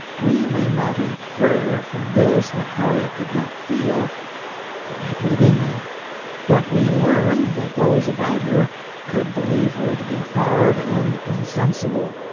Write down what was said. we may not infer from this that harriet did not feel why put it in, then but we learn that those about her could believe her to be hard and insensible.